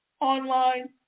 online